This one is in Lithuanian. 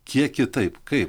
kiek kitaip kai